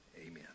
Amen